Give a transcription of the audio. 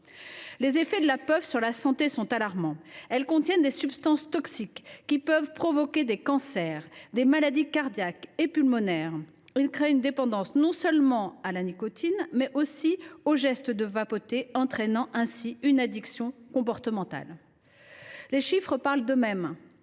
Les effets des puffs sur la santé sont alarmants : les substances toxiques qu’ils contiennent peuvent provoquer des cancers, des maladies cardiaques et pulmonaires. Ces produits créent une dépendance non seulement à la nicotine, mais aussi aux gestes de vapotage, entraînant ainsi une addiction comportementale. Les chiffres parlent d’eux mêmes